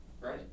Right